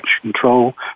control